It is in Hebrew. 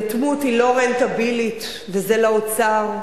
יתמות היא לא רנטבילית, וזה לאוצר,